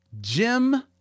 Jim